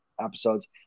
episodes